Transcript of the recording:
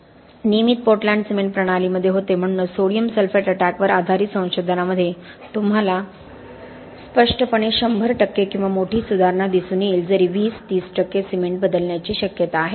नियमित Portland cement प्रणालीमध्ये होते म्हणूनच सोडियम सल्फेट अटॅकवर आधारित संशोधनामध्ये तुम्हाला स्पष्टपणे 100 टक्के किंवा मोठी सुधारणा दिसून येईल जरी 20 30 टक्के सिमेंट बदलण्याची शक्यता आहे